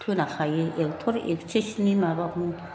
खोनाखायो actor एक्ट्रिसनि माबाखौनो